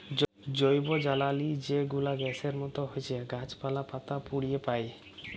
জৈবজ্বালালি যে গুলা গ্যাসের মত হছ্যে গাছপালা, পাতা পুড়িয়ে পায়